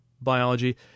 biology